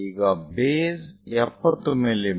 ಈಗ ಬೇಸ್ 70 ಮಿ